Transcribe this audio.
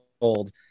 old